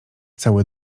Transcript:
cały